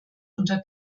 unter